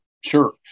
Sure